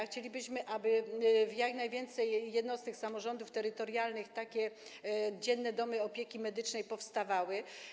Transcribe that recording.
Chcielibyśmy, aby w jak największej liczbie jednostek samorządów terytorialnych takie dzienne domy opieki medycznej powstawały.